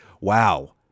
wow